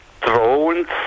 drones